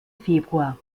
februar